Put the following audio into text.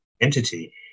entity